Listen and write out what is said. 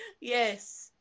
Yes